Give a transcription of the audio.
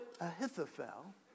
Ahithophel